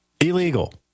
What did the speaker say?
illegal